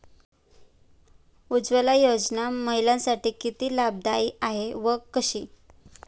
उज्ज्वला योजना महिलांसाठी किती लाभदायी आहे व कशी?